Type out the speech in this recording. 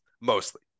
Mostly